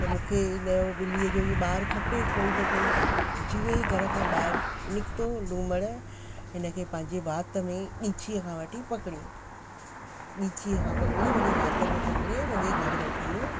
त मूंखे इनजो ॿिलीअ जो इहो ॿार खपे कोई न कोई जीअं ई घर खां ॿाहिरि निकितो लूमड़ हिनखे पंहिंजे वात में ॻिचीअ खां वठी पकड़ियईं ॻिचीअ खां पकड़ियईं पंहिंजे वात में पकिड़े पंहिंजे घरु वठी वियो